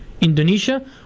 Indonesia